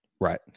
Right